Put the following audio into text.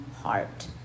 heart